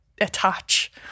attach